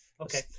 Okay